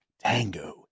Tango